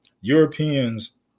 Europeans